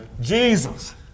Jesus